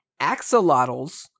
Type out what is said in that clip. axolotls